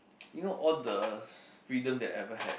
you know all the freedom they ever had